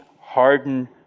harden